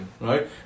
right